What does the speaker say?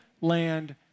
land